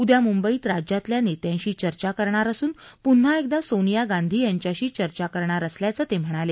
उदया मुंबईत राज्यातल्या नेत्यांशी चर्चा करणार असून पून्हा एकदा सोनिया गांधी यांच्याशी चर्चा करणार असल्याचं त्यांनी सांगितलं